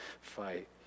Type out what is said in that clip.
fight